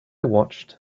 watched